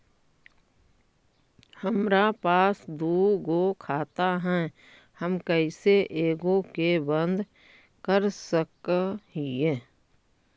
हमरा पास दु गो खाता हैं, हम कैसे एगो के बंद कर सक हिय?